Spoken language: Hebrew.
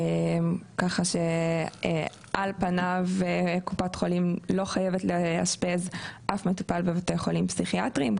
כך שעל פניו קופת חולים לא חייבת לאשפז אף מטופל בבתי חולים פסיכיאטרים.